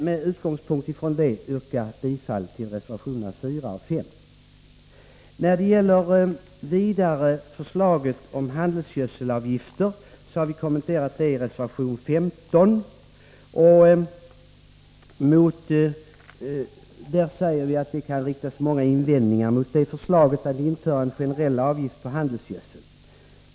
Med utgångspunkt i detta vill jag yrka bifall till reservationerna 4 och 5. Förslaget om handelsgödselavgifter har vi kommenterat i reservation 15. Det kan riktas många invändningar mot förslaget att införa en generell avgift på handelsgödsel.